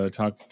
talk